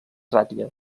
ratlla